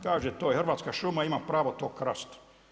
Kaže to je hrvatska šuma, ima pravo to krast.